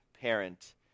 parent